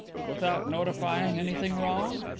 without notifying anything wrong?